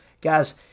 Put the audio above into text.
Guys